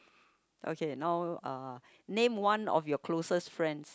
okay now uh name one of your closest friends